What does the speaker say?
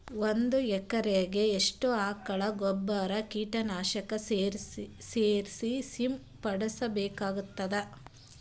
ಒಂದು ಎಕರೆಗೆ ಎಷ್ಟು ಆಕಳ ಗೊಬ್ಬರ ಕೀಟನಾಶಕ ಸೇರಿಸಿ ಸಿಂಪಡಸಬೇಕಾಗತದಾ?